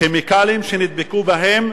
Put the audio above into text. כימיקלים שנדבקו בה,